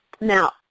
Now